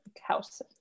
house